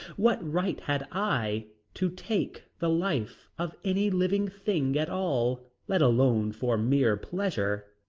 what right had i to take the life of any living thing at all, let alone for mere pleasure?